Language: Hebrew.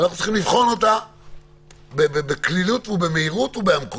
ואנחנו צריכים לבחון אותה בקלילות ובמהירות ובעמקות.